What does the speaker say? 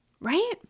Right